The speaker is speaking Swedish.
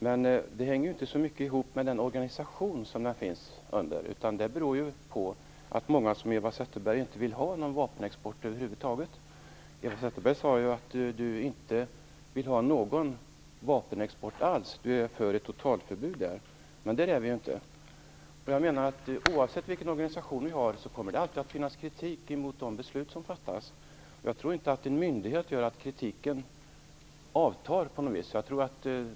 Men det hänger ju inte så mycket ihop med den organisation som vapenexporten finns under, utan det beror på att många liksom Eva Zetterberg inte vill ha någon vapenexport över huvud taget. Eva Zetterberg sade här att hon inte ville ha någon vapenexport alls utan var för ett totalförbud. Där är vi dock inte. Oavsett vilken organisation vi har kommer det alltid att förekomma kritik mot de beslut som fattas. Jag tror inte att inrättande av en myndighet gör att kritiken avtar på något vis.